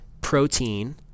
protein